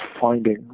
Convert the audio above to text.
finding